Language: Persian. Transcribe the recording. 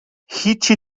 هیچی